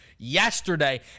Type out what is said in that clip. yesterday